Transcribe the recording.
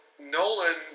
Nolan